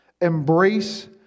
Embrace